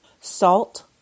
salt